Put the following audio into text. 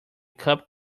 cup